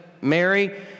Mary